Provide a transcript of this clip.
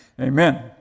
Amen